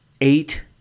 eight